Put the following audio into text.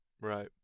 Right